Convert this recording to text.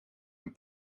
een